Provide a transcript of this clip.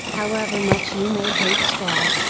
however much you may hate straw,